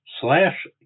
slash